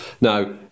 Now